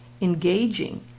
engaging